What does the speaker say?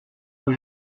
que